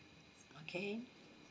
okay